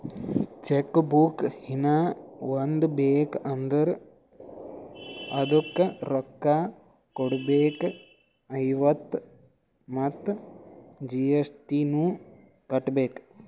check book ಹೀನಾ ಒಂದ್ ಬೇಕ್ ಅಂದುರ್ ಅದುಕ್ಕ ರೋಕ್ಕ ಕೊಡ್ಬೇಕ್ ಐವತ್ತ ಮತ್ ಜಿ.ಎಸ್.ಟಿ ನು ಕೊಡ್ಬೇಕ್